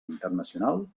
internacional